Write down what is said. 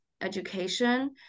education